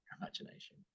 imagination